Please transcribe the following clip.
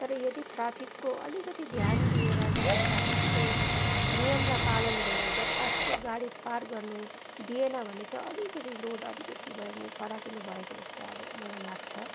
तर यदि ट्राफिकको अलिकति ध्यान दिएर जुन चाहिँ ट्राफिकको नियमलाई पालन गरेर जतासुकै गाडी पार गर्नु दिएन भने चाहिँ अलिकति रोड अलिकति भए नि फराकिलो भएको जस्तो अब मलाई लाग्छ